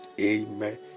Amen